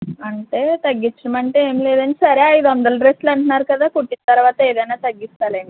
అంటే తగ్గించమంటే ఏం లేదండి సరే ఐదు వందలు డ్రస్సులు అంటున్నారు కదా కుట్టిన తరువాత ఏదైనా తగ్గిస్తానులెండి